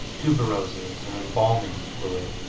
tuberoses and embalming fluid.